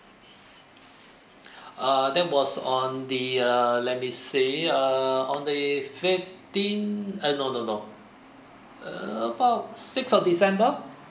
uh that was on the uh let me see err on the fifteenth uh no no no about six of december